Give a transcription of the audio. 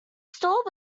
store